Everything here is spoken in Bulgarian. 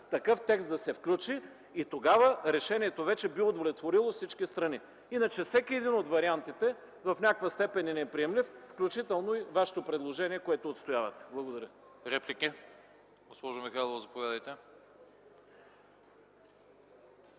такъв текст да се включи. Тогава решението вече би удовлетворило всички страни. Иначе всеки един от вариантите в някаква степен е неприемлив, включително и Вашето предложение, което отстоявате. Благодаря. ПРЕДСЕДАТЕЛ АНАСТАС АНАСТАСОВ: Реплики? Госпожо Михайлова, заповядайте.